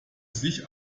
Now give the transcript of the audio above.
sich